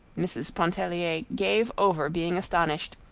mrs. pontellier gave over being astonished,